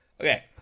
Okay